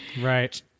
Right